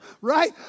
right